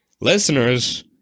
Listeners